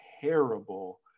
terrible